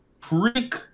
freak